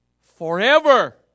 forever